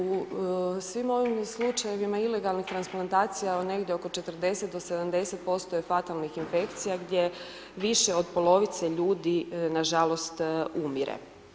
U svim ovim slučajevima ilegalna transplantacija je negdje oko 40-70% je fatalnih infekcija, gdje više od polovice ljudi nažalost umire.